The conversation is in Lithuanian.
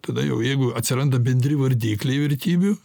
tada jau jeigu atsiranda bendri vardikliai vertybių